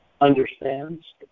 understands